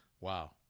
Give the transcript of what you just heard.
wow